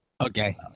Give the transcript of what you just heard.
Okay